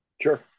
Sure